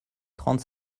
trente